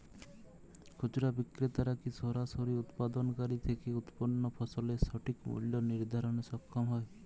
খুচরা বিক্রেতারা কী সরাসরি উৎপাদনকারী থেকে উৎপন্ন ফসলের সঠিক মূল্য নির্ধারণে সক্ষম হয়?